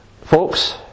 Folks